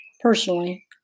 Personally